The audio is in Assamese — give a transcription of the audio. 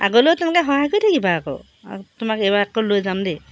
আগলৈও তেনেকৈ সহায় কৰি থাকিবা আকৌ তোমাক এইবাৰ আকৌ লৈ যাম দেই